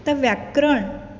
आतां व्याकरण